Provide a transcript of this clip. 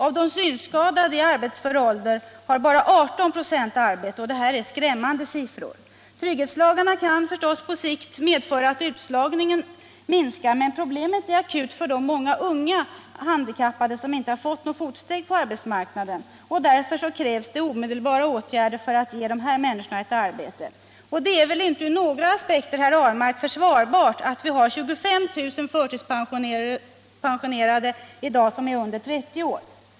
Av de synskadade i arbetsför ålder har bara 18 96 arbete. Det här är skrämmande siffror. Trygghetslagarna kan förstås på sikt medföra att utslagningen minskar. Men problemet är akut för de många unga handikappade som inte fått något fotfäste på arbetsmarknaden. Därför krävs det omedelbara åtgärder för att ge dessa människor arbete. Det är väl inte ur några aspekter, herr Ahlmark, försvarbart att vi i dag har 25 000 förtidspensionerade som är under 30 år?